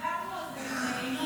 דיברנו על זה עם ינון,